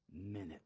minute